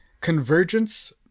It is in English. Convergence